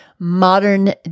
Modern